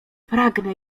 pragnę